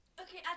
Okay